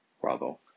bravo